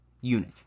unit